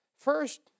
First